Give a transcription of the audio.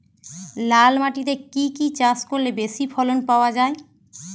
লাল মাটিতে কি কি চাষ করলে বেশি ফলন পাওয়া যায়?